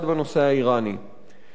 הממשלה הזו,